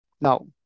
Now